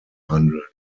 handelt